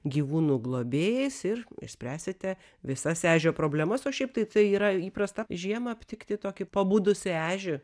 gyvūnų globėjais ir išspręsite visas ežio problemas o šiaip tai tai yra įprasta žiemą aptikti tokį pabudusį ežį